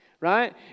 right